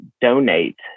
donate